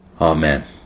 Amen